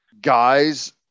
guys